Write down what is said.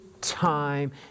time